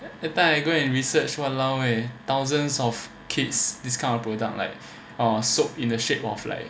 that time I go and research walao eh thousands of kids this kind of product like sold in the shape of like